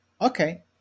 okay